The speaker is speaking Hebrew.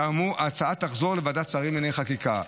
כאמור, ההצעה תחזור לוועדת השרים לענייני חקיקה.